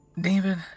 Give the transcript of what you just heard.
David